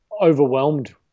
overwhelmed